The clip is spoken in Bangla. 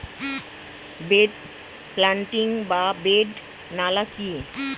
বেড প্লান্টিং বা বেড নালা কি?